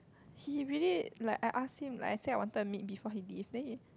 he really like I ask him like I say I wanted to meet before he leave then he